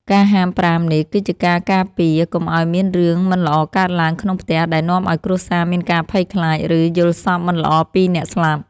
ការហាមប្រាមនេះ គឺ ជាការការពារកុំឱ្យមានរឿងមិនល្អកើតឡើងក្នុងផ្ទះដែលនាំឱ្យគ្រួសារមានការភ័យខ្លាច ឬយល់សប្តិមិនល្អពីអ្នកស្លាប់។